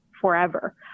forever